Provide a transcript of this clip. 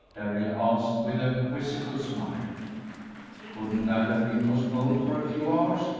darrell asked, with a quizzical smile couldn't that have been postponed for a few hours?